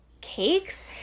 cakes